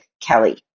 Kelly